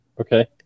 Okay